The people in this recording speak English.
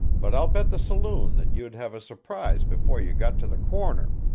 but i'll bet the saloon that you'd have a surprise before you got to the corner.